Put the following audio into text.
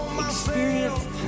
experience